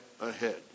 ahead